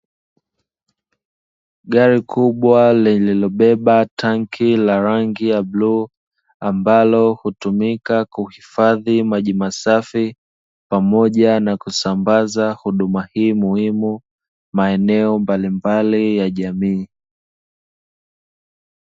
Gari kubwa lililo beba tanki la rangi la bluu, ambalo hutumika kuhifadhi maji masafi, pamoja na kusambaza huduma hii muhimu maeneo mbalimbali ya jamii.